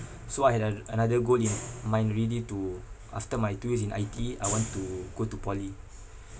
so I had a~ another goal in mind already to after my two years in I_T_E I want to go to poly